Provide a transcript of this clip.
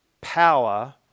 power